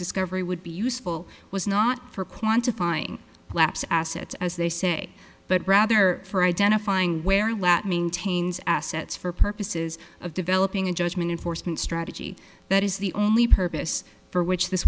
discovery would be useful was not for quantifying collapse assets as they say but rather for identifying where let maintains assets for purposes of developing a judgment enforcement strategy that is the only purpose for which this